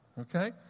Okay